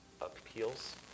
appeals